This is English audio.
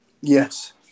Yes